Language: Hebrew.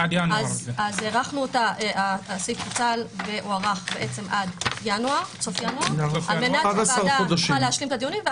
הוארך עד סוף ינואר כדי שהוועדה תוכל להשלים את הדיונים.